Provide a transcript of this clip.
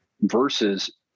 Versus